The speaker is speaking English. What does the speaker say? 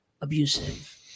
abusive